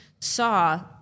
saw